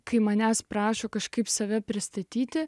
kai manęs prašo kažkaip save pristatyti